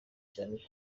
cyane